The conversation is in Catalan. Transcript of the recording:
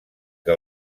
que